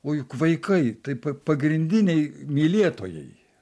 o juk vaikai tai pa pagrindiniai mylėtojai